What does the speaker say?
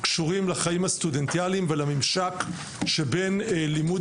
קשורים לחיים הסטודנטיאליים ולממשק שבין לימוד